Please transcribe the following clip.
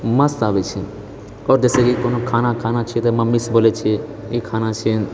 मस्त आबैछे आओर जैसेकि कोनो खाना खानाछै तऽ मम्मीसे बोलय छिए ई खाना छै